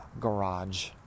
garage